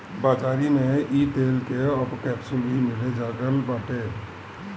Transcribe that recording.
बाज़ारी में इ तेल कअ अब कैप्सूल भी मिले लागल बाटे